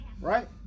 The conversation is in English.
Right